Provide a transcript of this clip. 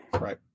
Right